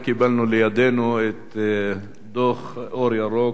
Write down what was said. לאחרונה קיבלנו לידינו את דוח "אור ירוק"